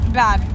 bad